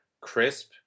crisp